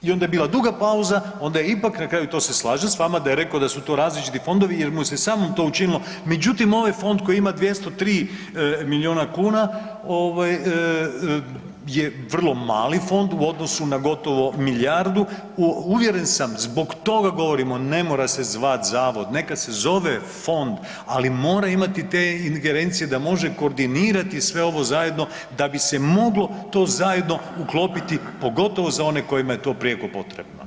I onda je bila duga pauza, onda je ipak, na kraju i to se slažem s vama, da je rekao da su to različiti fondovi jer mu se samom to učinilo međutim ovaj fond koji ima 203 milijuna kuna je vrli mali fond u odnosu na gotovo milijardu, uvjeren sam zbog toga govorimo, ne mora se zvat zavod, neka se zove fond ali mora imati te ingerencije da može koordinirati sve ovo zajedno da bi se moglo to zajedno uklopiti pogotovo za one kojima je to prijeko potrebno.